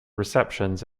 receptions